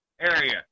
Area